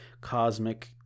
cosmic